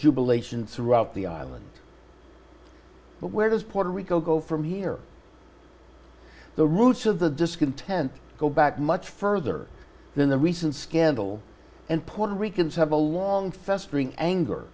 jubilation throughout the island but where does puerto rico go from here the roots of the discontent go back much further than the recent scandal and puerto rican have a long festering anger